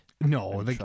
No